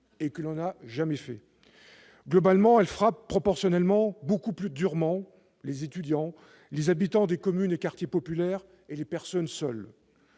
qui ne l'ont jamais été. Globalement, elle frappe proportionnellement beaucoup plus durement les étudiants, les habitants des communes et quartiers populaires, ainsi que les personnes seules.